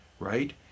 right